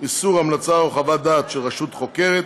איסור המלצה או חוות דעת של רשות חוקרת),